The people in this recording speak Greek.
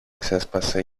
ξέσπασε